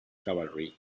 cavalry